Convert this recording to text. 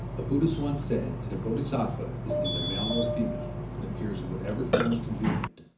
a buddhist once said that a bodhisattva is neither male nor female and appears in whatever form is convenient.